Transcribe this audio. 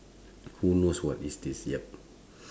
who knows what is this yup